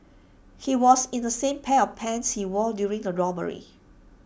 he was in the same pair of pants he wore during the robbery